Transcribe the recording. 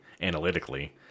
analytically